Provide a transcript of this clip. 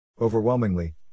Overwhelmingly